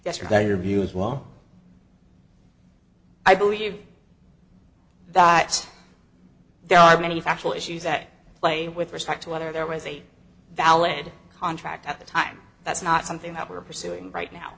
yesterday your view is well i believe that there are many factual issues at play with respect to whether there was a valid contract at the time that's not something that we're pursuing right now